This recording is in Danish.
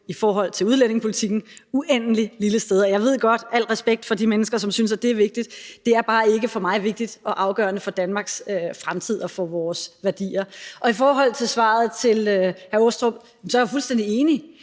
i forhold til udlændingepolitikken uendelig lille sted. Al respekt for de mennesker, som synes, det er vigtigt, men for mig er det bare ikke vigtigt og afgørende for Danmarks fremtid og for vores værdier. I forhold til svaret til hr. Michael Aastrup Jensen er jeg fuldstændig enig.